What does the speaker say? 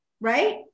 right